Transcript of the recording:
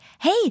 hey